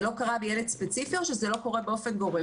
זה לא קרה בילד ספציפי או באופן גורף?